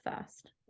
first